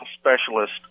specialist